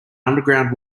underground